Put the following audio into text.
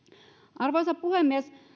arvoisa puhemies